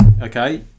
okay